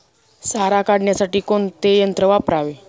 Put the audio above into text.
सारा काढण्यासाठी कोणते यंत्र वापरावे?